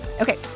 Okay